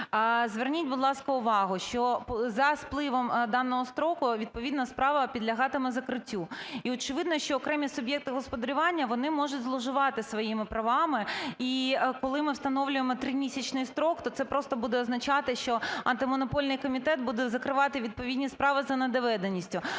Зверніть, будь ласка, увагу, що за спливом даного строку відповідна справа підлягатиме закриттю. І очевидно, що окремі суб'єкти господарювання, вони можуть зловживати своїми правами. І коли ми встановлюємо 3-місячний строк, то це просто буде означати, що Антимонопольний комітет буде закривати відповідні справи за недоведеністю.